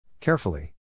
Carefully